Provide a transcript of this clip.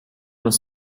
uns